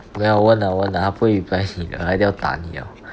okay lah 我问 lah 我问 lah 他不会 reply 你的他已经要打你了